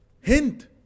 Hint